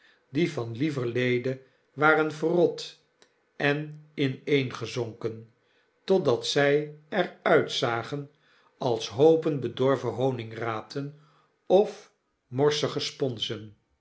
die van lieverlede waren verrot en ineengezonken totdat zy er uitzagen als hoopen bedorven honigraten of morsige sponsen